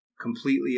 completely